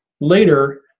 Later